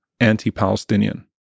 anti-Palestinian